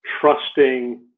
trusting